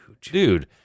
Dude